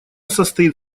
состоит